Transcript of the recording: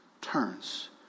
turns